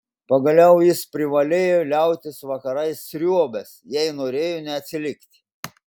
pagaliau jis privalėjo liautis vakarais sriuobęs jei norėjo neatsilikti